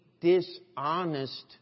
dishonest